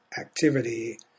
activity